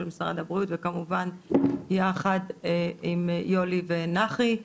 של משרד הבריאות וכמובן יחד עם יולי ונחי.